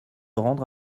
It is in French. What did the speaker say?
rendre